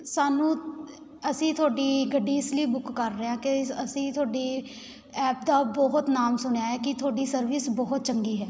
ਸਾਨੂੰ ਅਸੀਂ ਤੁਹਾਡੀ ਗੱਡੀ ਇਸ ਲਈ ਬੁੱਕ ਕਰ ਰਹੇ ਹਾਂ ਕਿ ਅਸੀਂ ਤੁਹਾਡੀ ਐਪ ਦਾ ਬਹੁਤ ਨਾਮ ਸੁਣਿਆ ਹੈ ਕਿ ਤੁਹਾਡੀ ਸਰਵਿਸ ਬਹੁਤ ਚੰਗੀ ਹੈ